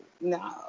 no